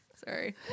Sorry